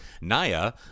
Naya